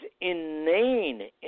inane